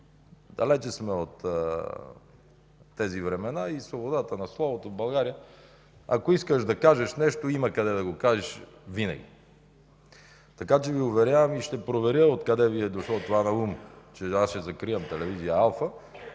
Далече сме от тези времена. Сега за свободата на словото в България – ако искаш да кажеш нещо, има къде да го кажеш винаги. Уверявам Ви и ще проверя откъде Ви е дошло това наум, че аз ще закривам телевизия